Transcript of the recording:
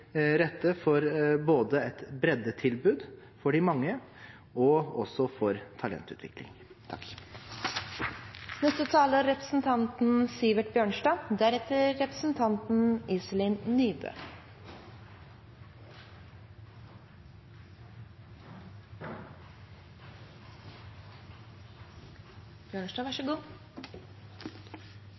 rette for både et breddetilbud for de mange og for talentutvikling.